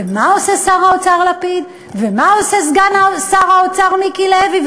ומה עושה שר האוצר לפיד ומה עושה סגן שר האוצר מיקי לוי,